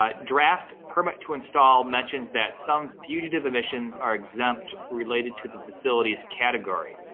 ah draft permit to install mentions that, some fugitive emissions are exempt related to the facility's category.